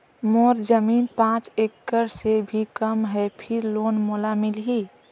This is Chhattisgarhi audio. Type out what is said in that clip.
मोर जमीन पांच एकड़ से भी कम है फिर लोन मोला मिलही?